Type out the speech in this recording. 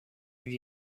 lui